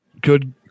good